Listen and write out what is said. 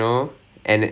ah ya ya ya